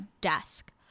desk